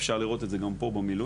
אפשר לראות את זה גם פה במילואים,